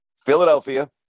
Philadelphia